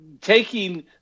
taking